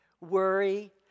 worry